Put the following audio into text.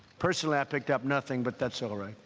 personally, i picked up nothing, but that's so right.